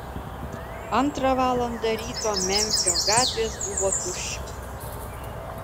antrą valandą ryto memfio gatvės buvo tuščios